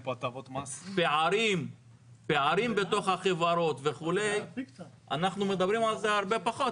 פערים בתוך החברות אנחנו מדברים על זה הרבה פחות.